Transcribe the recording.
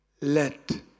Let